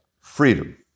freedom